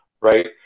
right